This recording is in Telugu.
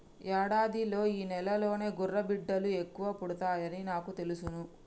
యాడాదిలో ఈ నెలలోనే గుర్రబిడ్డలు ఎక్కువ పుడతాయని నాకు తెలుసును